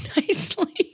nicely